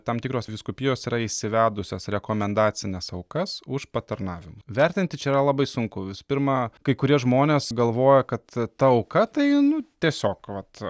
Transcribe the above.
tam tikros vyskupijos yra įsivedusios rekomendacines aukas už patarnavimą vertinti čia yra labai sunku visų pirma kai kurie žmonės galvoja kad ta auka tai nu tiesiog vat